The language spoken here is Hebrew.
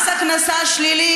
מס הכנסה שלילי,